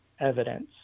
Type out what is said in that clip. evidence